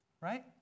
right